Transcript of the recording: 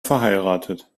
verheiratet